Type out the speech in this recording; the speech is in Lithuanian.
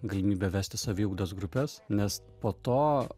galimybė vesti saviugdos grupes nes po to